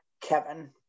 Kevin